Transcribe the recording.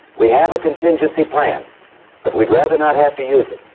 we have a contingency plan but we'd rather not have to use it.